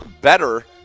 better